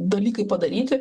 dalykai padaryti